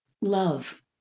love